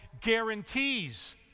guarantees